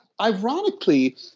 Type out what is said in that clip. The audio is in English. ironically